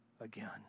again